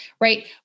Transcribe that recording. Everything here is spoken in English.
right